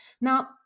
Now